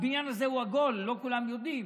הבניין הזה הוא עגול, לא כולם יודעים.